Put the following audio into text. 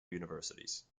universities